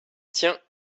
tiens